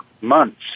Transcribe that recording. months